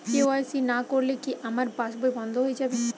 KYC না করলে কি আমার পাশ বই বন্ধ হয়ে যাবে?